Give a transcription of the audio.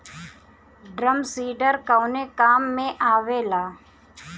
Drum seeder कवने काम में आवेला?